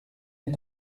les